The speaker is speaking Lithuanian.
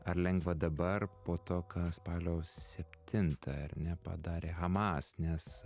ar lengva dabar po to ką spalio septintą ar ne padarė hamas nes